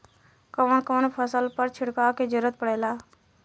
कवन कवन फसल पर छिड़काव के जरूरत पड़ेला?